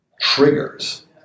triggers